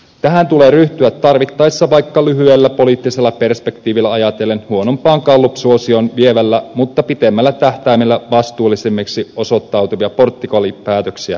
tähän tulee ryhtyä tarvittaessa vaikka lyhyellä poliittisella perspektiivillä huonompaan gallupsuosioon vieviä mutta pitemmällä tähtäimellä vastuullisemmiksi osoittautuvia portugali päätöksiä tekemällä